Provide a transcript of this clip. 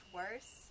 worse